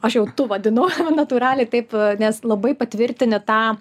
aš jau tu vadinu natūraliai taip nes labai patvirtini tą